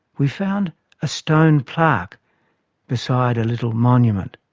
we found a stone plaque beside a little monument.